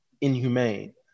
inhumane